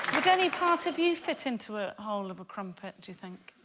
i'd any part of you fit into a hole of a crumpet do you think?